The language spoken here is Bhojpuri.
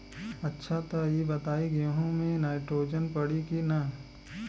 अच्छा त ई बताईं गेहूँ मे नाइट्रोजन पड़ी कि ना?